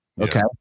Okay